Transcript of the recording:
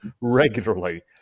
regularly